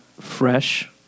fresh